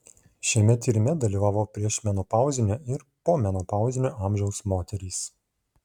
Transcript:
šiame tyrime dalyvavo priešmenopauzinio ir pomenopauzinio amžiaus moterys